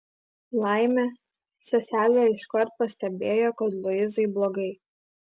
laimė seselė iškart pastebėjo kad luizai blogai